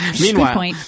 Meanwhile